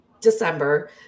December